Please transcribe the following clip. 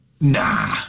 Nah